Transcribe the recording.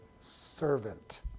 servant